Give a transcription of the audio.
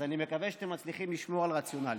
אז אני מקווה שאתם מצליחים לשמור על רציונליות.